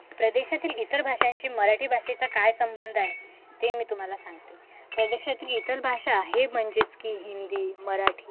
प्रदेशातील इतर भाषांशी मराठी भाषेचा काय संबंध आहे ते मी तुम्हाला सांगते प्रदेशातील इतर भाषा हे म्हणजेच की हिंदी मराठी